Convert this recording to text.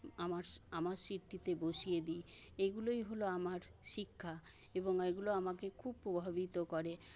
আমার আমার সিটটিতে বসিয়ে দিই এগুলোই হলো আমার শিক্ষা এবং এগুলো আমাকে খুব প্রভাবিত করে